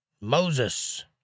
Moses